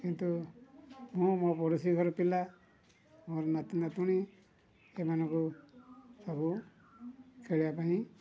କିନ୍ତୁ ମୁଁ ମୋ ପଡ଼ୋଶୀ ଘର ପିଲା ମୋର ନାତି ନାତୁଣି ଏମାନଙ୍କୁ ସବୁ ଖେଳିବା ପାଇଁ